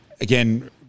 again